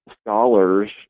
scholars